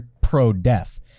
pro-death